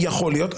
יכול להיות.